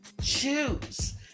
choose